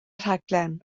rhaglen